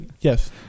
yes